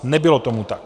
Nebylo tomu tak.